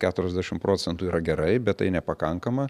keturiasdešimt procentų yra gerai bet tai nepakankama